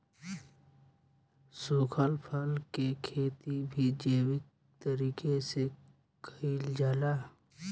सुखल फल के खेती भी जैविक तरीका से कईल जाला